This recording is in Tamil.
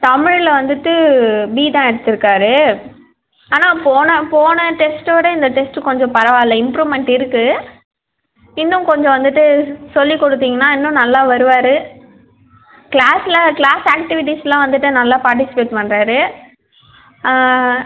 தமிழில் வந்துவிட்டு பி தான் எடுத்திருக்காரு ஆனால் போன போன டெஸ்ட்டை விட இந்த டெஸ்ட்டு கொஞ்சம் பரவாயில்ல இம்ப்ரூவ்மெண்ட் இருக்குது இன்னும் கொஞ்சம் வந்துவிட்டு சொல்லிக் கொடுத்திங்கனா இன்னும் நல்லா வருவார் க்ளாஸில் க்ளாஸ் ஆக்டிவிட்டீஸ்லாம் வந்துவிட்டு நல்லா பார்ட்டிசிபேட் பண்றார்